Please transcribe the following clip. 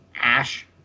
Ash